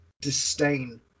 disdain